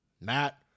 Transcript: matt